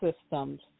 systems